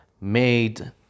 made